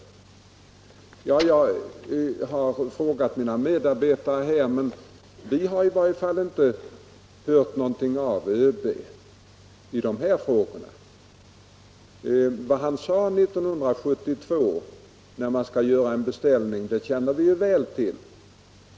Jag har frågat mina medarbetare här, men vi har i varje fall inte hört någonting av ÖB i dessa sammanhang. Vad han sade 1972, när det skulle göras en beställning, känner vi väl till.